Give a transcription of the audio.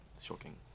shocking